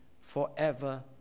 forever